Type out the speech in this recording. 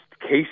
case